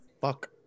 fuck